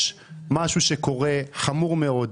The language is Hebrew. יש משהו חמור מאוד,